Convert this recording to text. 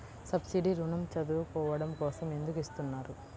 Subsidy ఋణం చదువుకోవడం కోసం ఎందుకు ఇస్తున్నారు?